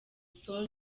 sol